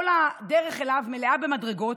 כל הדרך אליו מלאה במדרגות,